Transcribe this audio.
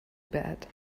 bad